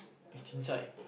is chincai